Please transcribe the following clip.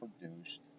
produced